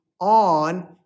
on